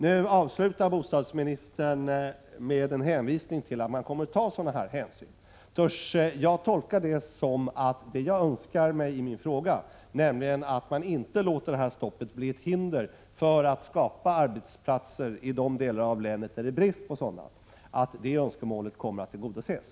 Bostadsministern avslutar svaret med att hänvisa till att man kommer att ta sådana här hänsyn. Törs jag då tolka det så, att önskemålet i min fråga, nämligen att man inte låter det här stoppet bli ett hinder när det gäller att skapa arbetsplatser i de delar av länet där det råder brist på sådana, kommer att tillgodoses?